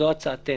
זאת הצעתנו.